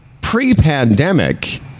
pre-pandemic